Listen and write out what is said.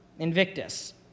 Invictus